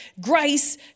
Grace